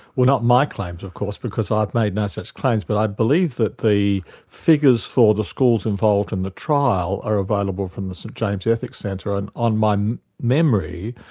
well not my claims of course, because i've made no such claims, but i believe that the figures for the schools involved in the trial are available from the st james ethics centre, and on my memory,